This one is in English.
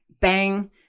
Bang